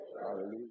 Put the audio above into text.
Hallelujah